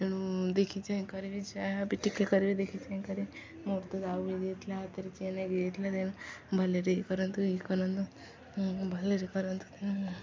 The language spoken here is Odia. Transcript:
ତେଣୁ ଦେଖି ଚାହିଁ କରିବି ଯାହାବି ଟିକେ କରିବି ଦେଖି ଚାହିଁ କରିବି ମୋର ତ ଯାଉ ବିଇ ଯାଇଥିଲା ହାତରେ ଚନେକି ଯାଇଥିଲା ତେଣୁ ଭଲରେ ଇ କରନ୍ତୁ ଇଏ କରନ୍ତୁ ଭଲରେ କରନ୍ତୁ ତେଣୁ